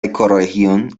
ecorregión